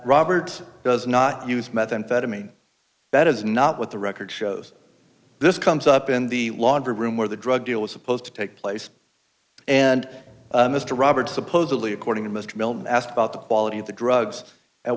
robert does not use methamphetamine that is not what the record shows this comes up in the laundry room where the drug deal was supposed to take place and mr robert supposedly according to mr mehlman asked about the quality of the drugs a